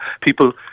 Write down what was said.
people